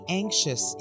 anxious